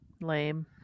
Lame